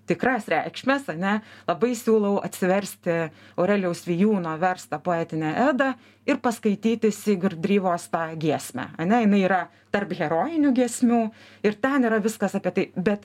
tikras reikšmes ane labai siūlau atsiversti aurelijaus vijūno verstą poetinę edą ir paskaityti sigurdryvos tą giesmę ane jinai yra tarp herojinių giesmių ir ten yra viskas apie tai bet